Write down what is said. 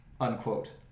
unquote